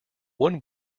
one